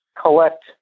collect